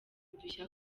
udushya